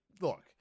Look